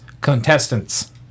Contestants